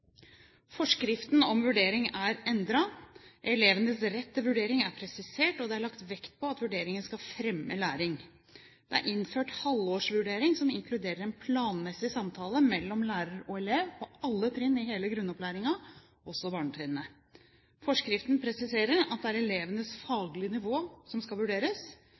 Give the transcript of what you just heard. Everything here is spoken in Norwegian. Forskriften om vurdering er endret. Elevenes rett til vurdering er presisert, og det er lagt vekt på at vurderingen skal fremme læring. Det er innført halvårsvurdering, som inkluderer en planmessig samtale mellom lærer og elev på alle trinn i hele grunnopplæringen – også på barnetrinnet. Forskriften presiserer at det er elevenes faglige nivå som skal vurderes.